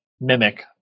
mimic